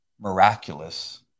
miraculous